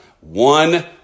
one